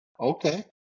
okay